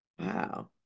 Wow